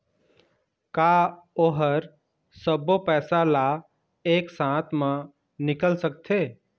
का ओ हर सब्बो पैसा ला एक साथ म निकल सकथे?